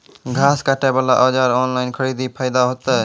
घास काटे बला औजार ऑनलाइन खरीदी फायदा होता?